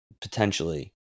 potentially